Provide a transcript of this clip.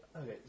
Okay